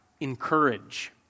encourage